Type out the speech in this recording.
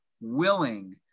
willing